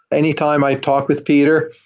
any time i talk with peter,